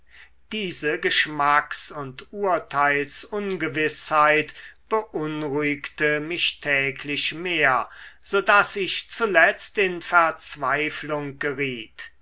diese geschmacks und urteilsungewißheit beunruhigte mich täglich mehr so daß ich zuletzt in verzweiflung geriet